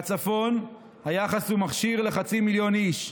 בצפון היחס הוא מכשיר לחצי מיליון איש,